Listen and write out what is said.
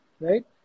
right